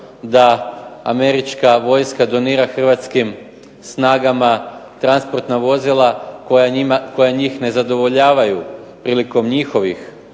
da američka vojska donira hrvatskih snagama transportna vozila koja njih ne zadovoljavaju prilikom njihovih